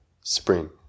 spring